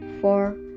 four